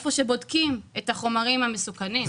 איפה שבודקים את החומרים המסוכנים.